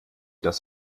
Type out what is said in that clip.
das